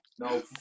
no